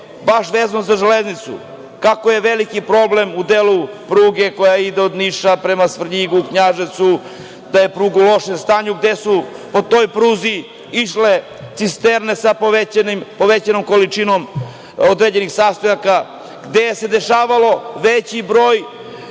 vezano za Železnicu, kako je veliki problem u delu pruge koja ide od Niša prema Svrljigu, Knjaževcu, da je pruga u lošem stanju, da su po toj pruzi išle cisterne sa povećanom količinom određenih sastojka, gde se dešavao veći broj